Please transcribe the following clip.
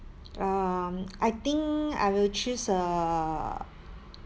um I think I will choose uh